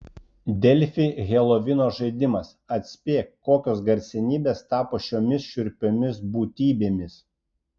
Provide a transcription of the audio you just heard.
delfi helovino žaidimas atspėk kokios garsenybės tapo šiomis šiurpiomis būtybėmis